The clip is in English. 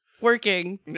working